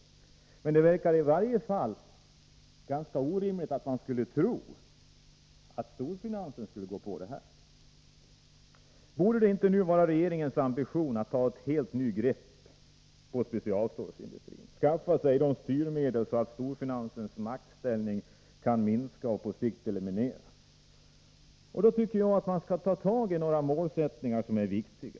Det verkar i varje fall ganska orimligt att man skulle tro att storfinansen skulle gå på detta. Borde det inte nu vara regeringens ambition att ta ett helt nytt grepp på specialstålsindustrin, skaffa sig styrmedel så att storfinansens maktställning kan minska och på sikt elimineras? Då tycker jag att man skall ha några målsättningar som är viktiga.